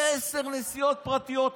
עשר נסיעות פרטיות.